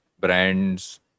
brands